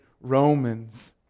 Romans